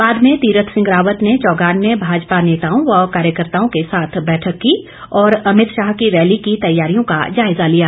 बाद में तीरथ सिंह रावत ने चौगान में भाजपा नेताओं व कार्यकर्ताओं के साथ बैठक की और अमित शाह की रैली की तैयारियों का जायजा लिया